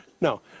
No